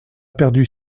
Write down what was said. perdu